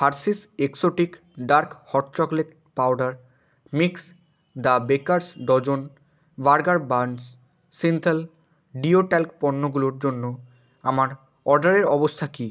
Hershey's exotic dark hot chocolate powder mix the baker's dozen burger buns Cinthol deo talc পণ্যগুলোর জন্য আমার অর্ডারের অবস্থা কী